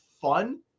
fun